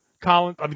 Collins